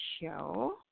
show